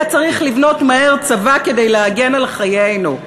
היה צריך לבנות מהר צבא כדי להגן על חיינו,